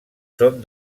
són